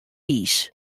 iis